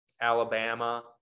Alabama